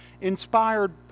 inspired